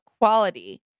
quality